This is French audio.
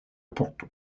porto